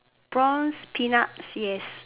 prawns peanuts yes